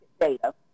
data